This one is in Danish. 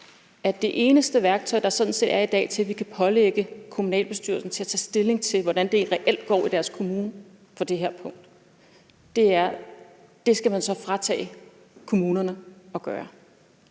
at det eneste værktøj, vi sådan set i dag har til at pålægge kommunalbestyrelsen at tage stilling til, hvordan det reelt går i deres kommune på det her område, vil man fritage kommunerne fra.